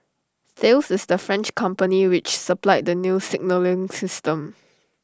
Thales is the French company which supplied the new signalling system